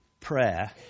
prayer